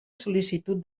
sol·licitud